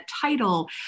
title